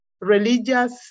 religious